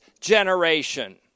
generation